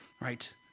right